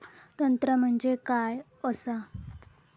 तंत्र म्हणजे काय असा?